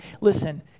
listen